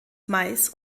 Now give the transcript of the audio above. mais